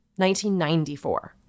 1994